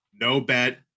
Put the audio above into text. no-bet